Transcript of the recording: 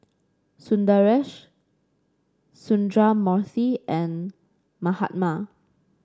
Sundaresh Sundramoorthy and Mahatma